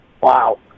Wow